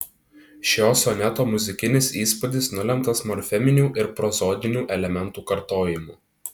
šio soneto muzikinis įspūdis nulemtas morfeminių ir prozodinių elementų kartojimu